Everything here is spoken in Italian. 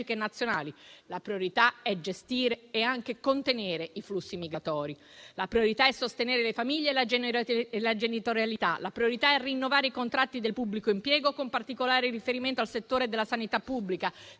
e nazionali; la priorità è gestire e anche contenere i flussi migratori; la priorità è sostenere le famiglie e la genitorialità; la priorità è rinnovare i contratti del pubblico impiego, con particolare riferimento al settore della sanità pubblica,